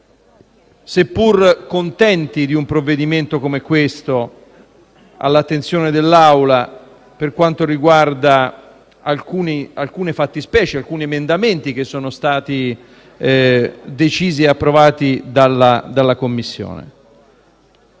seppur contenti, di un provvedimento come questo all'attenzione dell'Assemblea per quanto riguarda alcune fattispecie, alcuni emendamenti che sono stati approvati dalla Commissione.